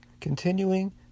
continuing